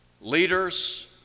leaders